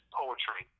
poetry